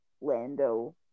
Lando